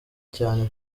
cyane